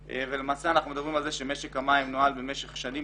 ולמעשה אנחנו מדברים על כך שמשק המים נוהל במשך שנים